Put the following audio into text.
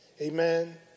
Amen